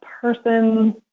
person